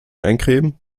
eincremen